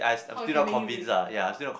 how it can make you be orh